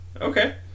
Okay